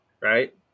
Right